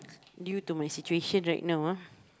due to my situation right now ah